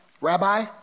Rabbi